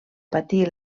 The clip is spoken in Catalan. patí